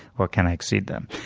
or can i exceed them?